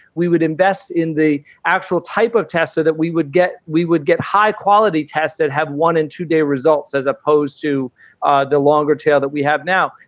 we would invest in the actual type of tests that we would get. we would get high quality tests that have one in two day results as opposed to ah the longer tail that we have now.